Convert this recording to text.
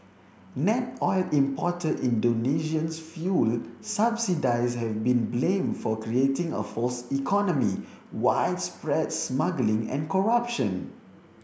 net oil importer Indonesia's fuel subsidies have been blamed for creating a false economy widespread smuggling and corruption